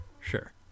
sure